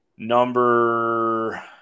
Number